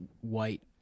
white